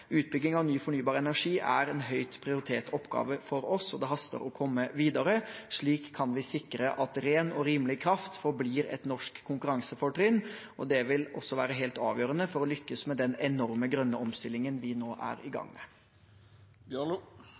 Utbygging av ny fornybar energi er en høyt prioritert oppgave for oss, og det haster å komme videre. Slik kan vi sikre at ren og rimelig kraft forblir et norsk konkurransefortrinn, og det vil også være helt avgjørende for å lykkes med den enorme grønne omstillingen vi nå er i gang